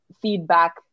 feedback